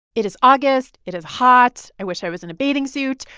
it is august. it is hot. i wish i was in a bathing suit.